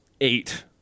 eight